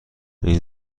این